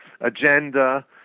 agenda